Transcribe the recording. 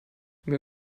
mir